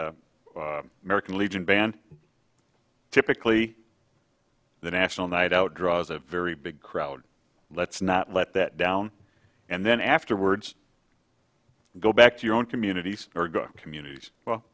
the american legion band typically the national night out draws a very big crowd let's not let that down and then afterwards go back to your own communities or communities well